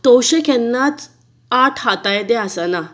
तवशें केन्नाच आठ हाता येदें आसना